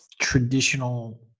traditional